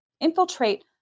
infiltrate